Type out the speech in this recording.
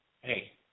hey